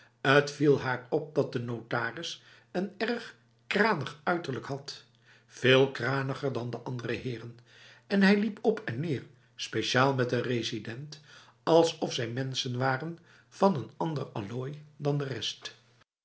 viel haar op dat de notaris een erg kranig uiterlijk had veel kraniger dan de andere heren en hij liep op en neer speciaal met de resident alsof zij mensen waren van een ander allooi dan de rest